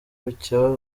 bucya